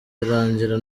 irangira